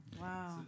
wow